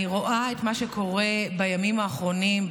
אני רואה את מה שקורה בימים האחרונים,